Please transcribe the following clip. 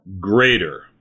greater